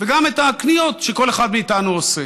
וגם את הקניות שכל אחד מאיתנו עושה.